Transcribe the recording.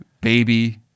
baby